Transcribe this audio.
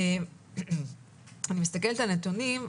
אני מסתכלת על הנתונים,